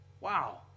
Wow